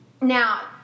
Now